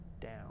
down